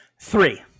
Three